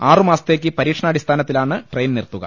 ആറുമാസത്തേക്ക് പരീക്ഷണാടിസ്ഥാനത്തി ലാണ് ട്രെയിൻ നിർത്തുക